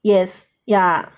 yes ya